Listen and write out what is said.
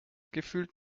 gefühlt